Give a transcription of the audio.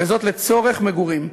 וזאת לצורך מגורים,